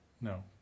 No